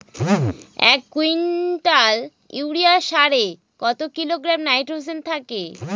এক quintal urea সারে কত কিলোগ্রাম নাইট্রোজেন থাকে?